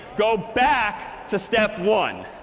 go back to step one.